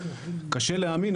קשה להאמין,